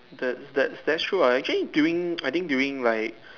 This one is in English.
that's that's that's true lah actually during I think during like